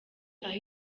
aho